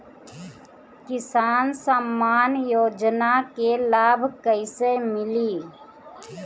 किसान सम्मान योजना के लाभ कैसे मिली?